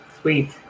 Sweet